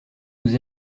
nous